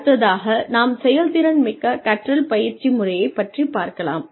அடுத்ததாக நாம் செயல்திறன் மிக்க கற்றல் பயிற்சி முறையைப் பற்றிப் பார்க்கலாம்